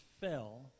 fell